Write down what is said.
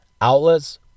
outlets